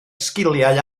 sgiliau